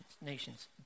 nations